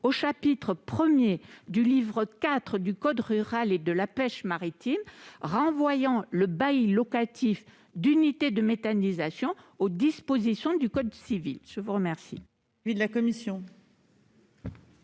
au chapitre I du livre IV du code rural et de la pêche maritime, renvoyant le bail locatif d'unités de méthanisation aux dispositions du code civil. Quel